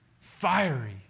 fiery